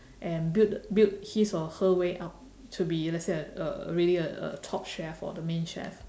and build build his or her way up to be let's say a really a a top chef or a main chef